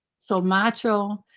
so macho,